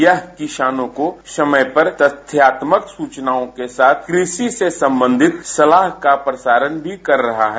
यह किसानों को समय पर तथ्यात्मक सूचनाओं के साथ कृषि के संबंधित सलाह का प्रसारण भी कर रहा है